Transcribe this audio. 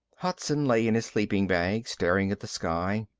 hudson lay in his sleeping bag, staring at the sky.